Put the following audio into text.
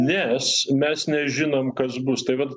nes mes nežinom kas bus tai vat